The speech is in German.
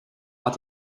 hat